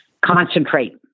concentrate